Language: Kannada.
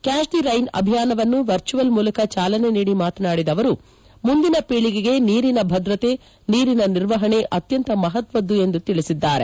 ಕ್ಲಾಚ್ ದ ರೈನ್ ಅಭಿಯಾನವನ್ನು ವರ್ಚುಯಲ್ ಮೂಲಕ ಚಾಲನೆ ನೀಡಿ ಮಾತನಾಡಿದ ಅವರು ಮುಂದಿನ ಪೀಳಿಗೆಗೆ ನೀರಿನ ಭದ್ರತೆ ನೀರಿನ ನಿರ್ವಹಣೆ ಅತ್ಯಂತ ಮಹತ್ವದ್ದು ಎಂದು ತಿಳಿಸಿದ್ದಾರೆ